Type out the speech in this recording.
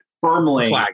firmly